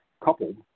coupled